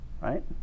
right